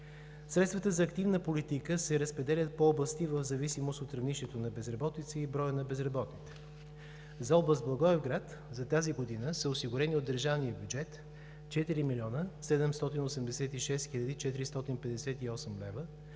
Средствата за активна политика се разпределят по области в зависимост от равнището на безработица и броя на безработните. За област Благоевград за тази година са осигурени от държавния бюджет 4 млн. 786 хил. 458 лв.,